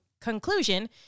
conclusion